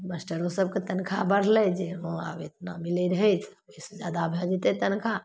मास्टरोसभके तनखाह बढ़लै जे हाँ आब एतना मिलै रहै ओहिसे जादा भै जेतै तनखाह